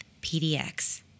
PDX